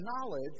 knowledge